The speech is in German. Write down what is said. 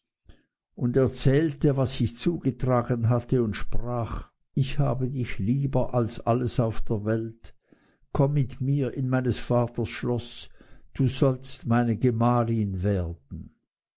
und erzählte was sich zugetragen hatte und sprach ich habe dich lieber als alles auf der welt komm mit mir in meines vaters schloß du sollst meine gemahlin werden